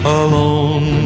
alone